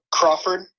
Crawford